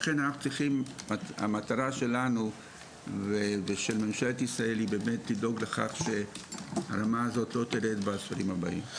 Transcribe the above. לכן המטרה שלנו ושל ממשלת ישראל היא לדאוג שהרמה לא תרד בעשורים הבאים.